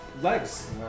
legs